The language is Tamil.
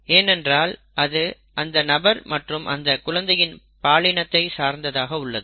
ஏனென்றால் இது அந்த நபர் மற்றும் அந்த குழந்தையின் பாலினத்தை சார்ந்ததாக உள்ளது